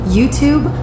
YouTube